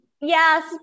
yes